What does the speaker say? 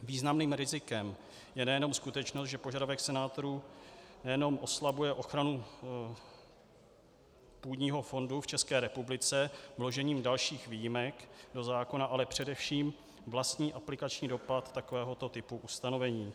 Významným rizikem je skutečnost, že požadavek senátorů nejenom oslabuje ochranu původního fondu v České republice vložením dalších výjimek do zákona, ale především vlastní aplikační dopad takovéhoto typu ustanovení.